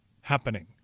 happening